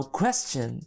question